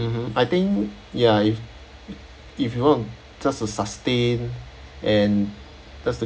mmhmm I think ya if if you were just to sustain and just to